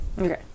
Okay